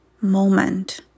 moment